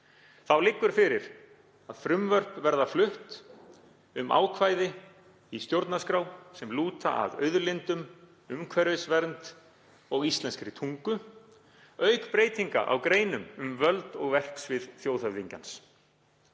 Þá liggur fyrir að frumvörp verða flutt um ákvæði í stjórnarskrá sem lúta að auðlindum, umhverfisvernd og íslenskri tungu, auk breytinga á greinum um völd og verksvið þjóðhöfðingjans.